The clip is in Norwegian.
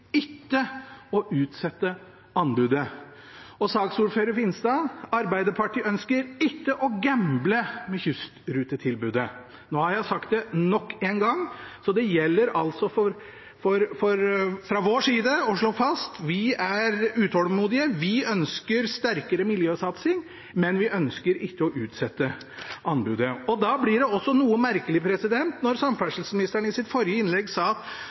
ikke å utsette anbudet. Til saksordfører Finstad: Arbeiderpartiet ønsker ikke å gamble med kystrutetilbudet. Nå har jeg sagt det nok en gang. Fra vår side gjelder det å slå fast: Vi er utålmodige. Vi ønsker sterkere miljøsatsing, men vi ønsker ikke å utsette anbudet. Da blir det også noe merkelig når samferdselsministeren i sitt forrige innlegg sa at